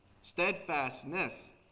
steadfastness